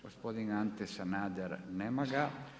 Gospodin Ante Sanader, nema ga.